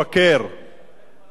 על השרפה בכרמל.